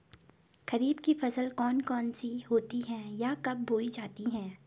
खरीफ की फसल कौन कौन सी होती हैं यह कब बोई जाती हैं?